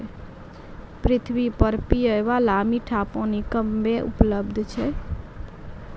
पृथ्वी पर पियै बाला मीठा पानी कम्मे उपलब्ध छै